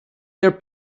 their